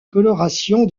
coloration